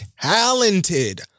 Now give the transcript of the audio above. talented